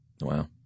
Wow